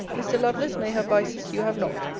mr. lovelace may have vices you have not.